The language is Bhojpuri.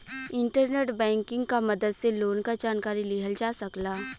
इंटरनेट बैंकिंग क मदद से लोन क जानकारी लिहल जा सकला